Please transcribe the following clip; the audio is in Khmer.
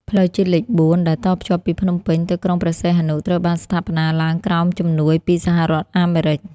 ផ្លូវជាតិលេខ ៤ ដែលតភ្ជាប់ពីភ្នំពេញទៅក្រុងព្រះសីហនុ ត្រូវបានស្ថាបនាឡើងក្រោមជំនួយពីសហរដ្ឋអាមេរិក។